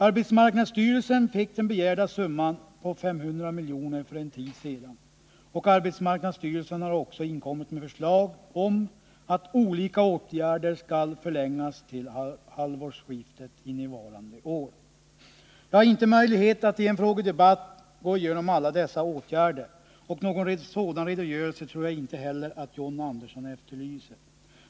Arbetsmarknadsstyrelsen fick den begärda summan på 500 miljoner för en tid sedan, och arbetsmarknadsstyrelsen har också inkommit med förslag om att olika åtgärder skall förlängas till halvårsskiftet innevarande år. -—-—- Jag har inte möjlighet att i en frågedebatt gå igenom alla dessa åtgärder, och någon sådan redogörelse tror jag inte heller att John Andersson efterlyser.